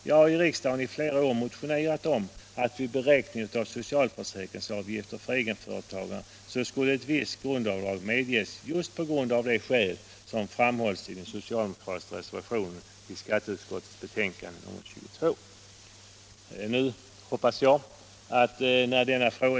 Jag har i riksdagen i flera år motionerat om att vid beräkning av socialförsäkringsavgifter för egenföretagarna skulle ett visst grundavdrag medges just av de skäl som framhålls i den socialdemokratiska reservationen till skatteutskottets betänkande nr 22.